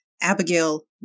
Abigail